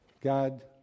God